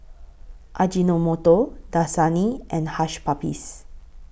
Ajinomoto Dasani and Hush Puppies